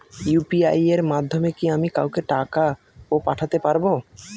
UPI এর মাধ্যমে কি আমি কাউকে টাকা ও পাঠাতে পারবো?